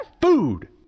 Food